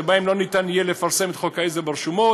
שבהם לא ניתן יהיה לפרסם את החוק העזר ברשומות,